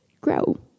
grow